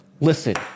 listen